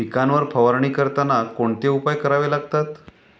पिकांवर फवारणी करताना कोणते उपाय करावे लागतात?